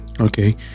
okay